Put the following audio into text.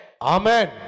Amen